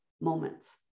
moments